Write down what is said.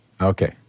Okay